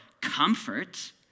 comfort